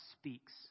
speaks